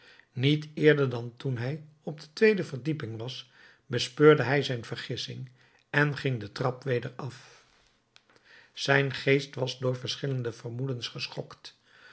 niet eerder dan toen hij op de tweede verdieping was bespeurde hij zijn vergissing en ging de trap weder af zijn geest was door verschillende vermoedens geschokt